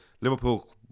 Liverpool